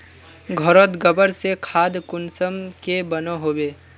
घोरोत गबर से खाद कुंसम के बनो होबे?